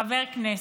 חבר כנסת,